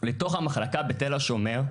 המחלקה בתל השומר,